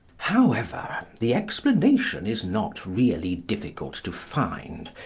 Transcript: however, the explanation is not really difficult to find.